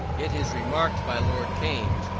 it is remarked by lord kaimes,